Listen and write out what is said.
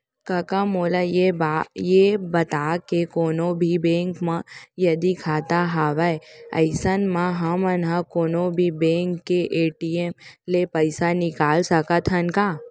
कका मोला ये बता के कोनों भी बेंक म यदि खाता हवय अइसन म हमन ह कोनों भी बेंक के ए.टी.एम ले पइसा निकाल सकत हन का?